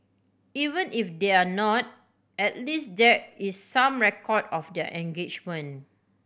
even if they're not at least there is some record of their engagement